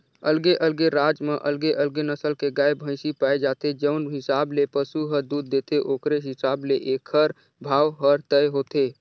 अलगे अलगे राज म अलगे अलगे नसल के गाय, भइसी पाए जाथे, जउन हिसाब ले पसु ह दूद देथे ओखरे हिसाब ले एखर भाव हर तय होथे